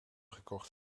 gekocht